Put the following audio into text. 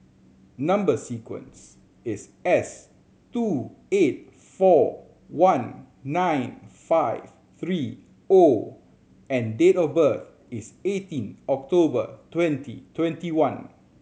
number sequence is S two eight four one nine five three O and date of birth is eighteen October twenty twenty one